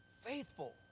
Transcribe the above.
faithful